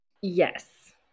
Yes